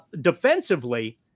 defensively